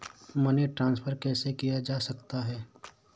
Money transfer कैसे किया जा सकता है?